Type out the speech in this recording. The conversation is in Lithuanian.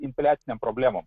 infliacinėm problemom